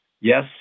Yes